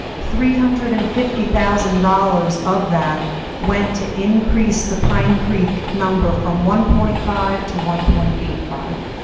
three hundred and fifty thousand dollars of that went to increase the pine creek number, from one point five dollars to one point eight five